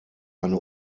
eine